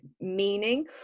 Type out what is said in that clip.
meaning